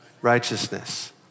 Righteousness